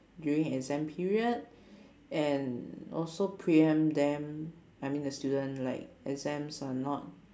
during exam period and also pre-empt them I mean the student like exams are not